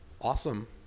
Awesome